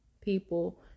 people